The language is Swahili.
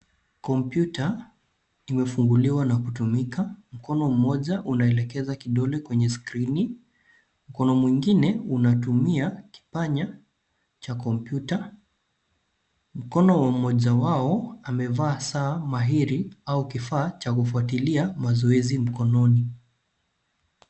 Kompyuta imefunguliwa na kutumika. Mkono moja unaelekeza kwenye skrini, mkono mwengine unatumia kipanya cha kompyuta. Mkono wa moja wao umevaa saa mahiri au kifaa cha kufwatilia mazoezi mkononi.